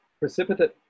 precipitate